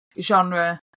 genre